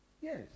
Yes